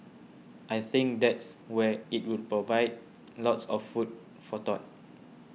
I think that's where it will provide lots of food for thought